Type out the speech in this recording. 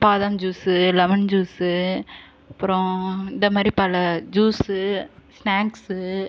பாதாம் juices lemon juice அப்பறம் இந்த மாதிரி பல ஜுஸ் ஸ்நாக்ஸ்